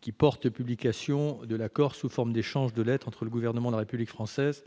qui porte publication de l'accord sous forme d'échange de lettres entre le Gouvernement de la République française